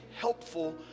helpful